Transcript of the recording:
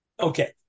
Okay